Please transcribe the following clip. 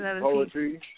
Poetry